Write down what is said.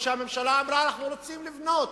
אף-על-פי שהממשלה אמרה: אנחנו רוצים לבנות.